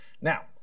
Now